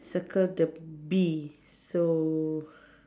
circle the bee so